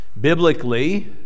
Biblically